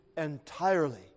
entirely